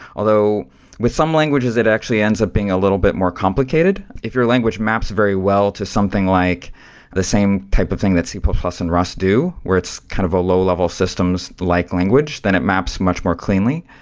although with some languages, it actually ends up being a little bit more complicated. if your language maps very well to something like the same type of thing that c plus plus and rust do, where it's kind of a low-level systems like language, then it maps much more cleanly.